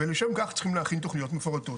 ולשם כך צריכים להכין תוכניות מפורטות.